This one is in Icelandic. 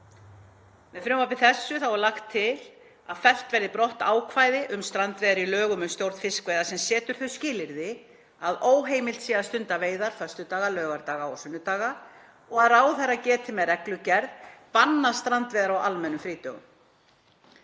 Með frumvarpi þessu er lagt til að fellt verði brott ákvæði um strandveiðar í lögum um stjórn fiskveiða sem setur þau skilyrði að óheimilt sé að stunda veiðar föstudaga, laugardaga og sunnudaga og að ráðherra geti með reglugerð bannað strandveiðar á almennum frídögum.